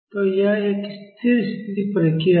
तो यह एक स्थिर स्थिति प्रतिक्रिया है